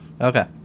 Okay